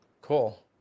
Cool